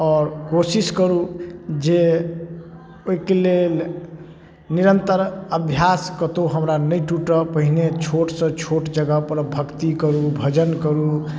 आओर कोशिश करू जे ओहिके लेल निरन्तर अभ्यास कतहु हमरा नहि टुटै पहिने छोटसँ छोट जगहपर भक्ति करू भजन करू